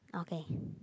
okay